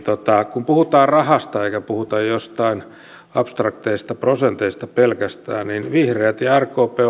kun puhutaan rahasta eikä puhuta pelkästään joistain abstrakteista prosenteista niin vihreät ja rkp